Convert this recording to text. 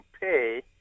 pay